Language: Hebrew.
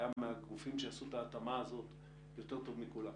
היה מהגופים שעשו את ההתאמה הזאת יותר טוב מכולם,